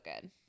good